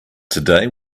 today